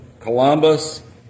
Columbus